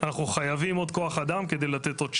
אנחנו חייבים עוד כוח אדם כדי לתת עוד שירות.